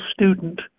student